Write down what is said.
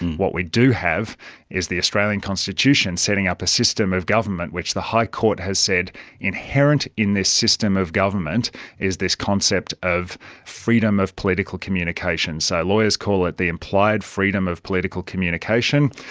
what we do have is the australian constitution setting up a system of government which the high court has said inherent in this system of government is this concept of freedom of political communication. so lawyers call it the implied freedom of political communication,